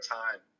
time